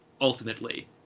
ultimately